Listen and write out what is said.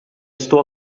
estou